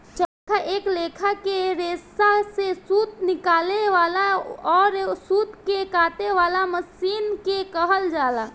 चरखा एक लेखा के रेसा से सूत निकाले वाला अउर सूत के काते वाला मशीन के कहल जाला